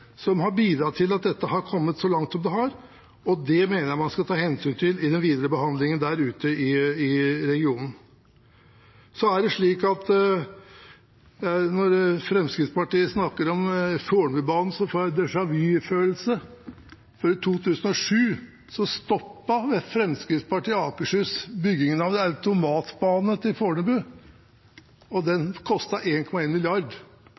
og det mener jeg man skal ta hensyn til i den videre behandlingen der ute i regionen. Når Fremskrittspartiet snakker om Fornebubanen, får jeg déjà vu-følelse, for i 2007 stoppet Fremskrittspartiet i Akershus byggingen av en automatbane til Fornebu. Den kostet 1,1 mrd. kr., og den